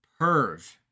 Perv